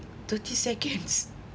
thirty seconds